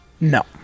No